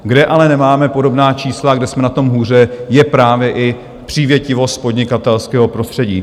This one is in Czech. Kde ale nemáme podobná čísla, kde jsme na tom hůře, je právě i přívětivost podnikatelského prostředí.